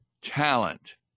talent